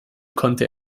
konnte